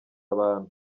abantu